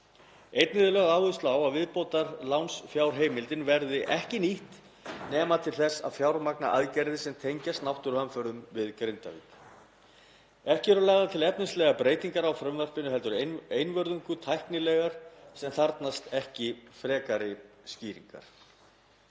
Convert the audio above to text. Einnig er lögð áhersla á að viðbótarlánsfjárheimildin verði ekki nýtt nema til þess að fjármagna aðgerðir sem tengjast náttúruhamförum við Grindavík. Ekki eru lagðar til efnislegar breytingar á frumvarpinu heldur einvörðungu tæknilegar sem þarfnast ekki frekari skýringa.